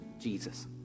Jesus